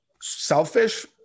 selfish